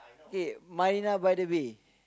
okay Marina by the bay